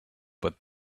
but